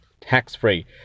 tax-free